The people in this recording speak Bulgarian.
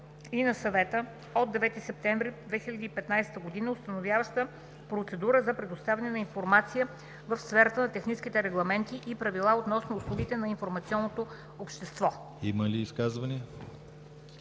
Има ли изказвания?